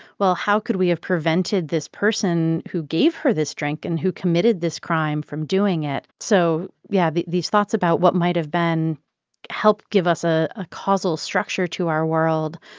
well, how could we have prevented this person who gave her this drink and who committed this crime from doing it? so yeah, these thoughts about what might have been help give us a causal structure to our world,